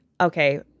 okay